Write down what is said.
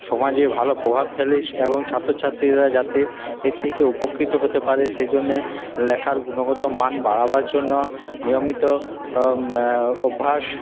সমাজে ভালো প্রভাব ফেলে এবং ছাত্রছাত্রীরা যাতে এর থেকে উপকৃত হতে পারে সেই জন্যে লেখার গুণগত মান বাড়াবার জন্য নিয়মিত অভ্যাস